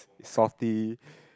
salty